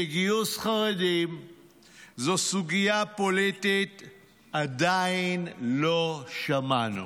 שגיוס חרדים הוא סוגיה פוליטית, עדיין לא שמענו.